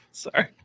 Sorry